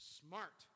smart